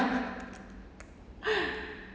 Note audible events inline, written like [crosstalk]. [breath]